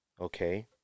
Okay